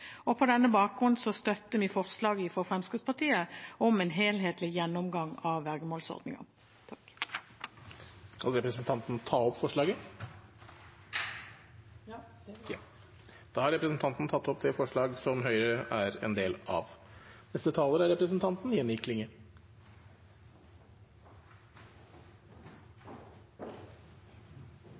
og forbedre vergemålsordningen. På denne bakgrunn støtter vi forslaget fra Fremskrittspartiet om en helhetlig gjennomgang av vergemålsordningen. Skal representanten ta opp forslaget? Ja. Da har representanten Ingunn Foss tatt opp det forslaget som Høyre er en del av.